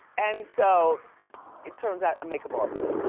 and so it turns out, a makeup artist,